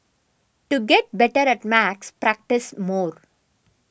to get better at maths practise more